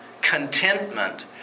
contentment